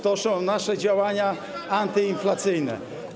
To są nasze działania antyinflacyjne.